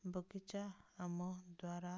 ବଗିଚା ଆମ ଦ୍ୱାରା